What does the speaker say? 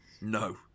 No